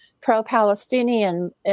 pro-Palestinian